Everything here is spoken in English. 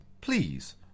Please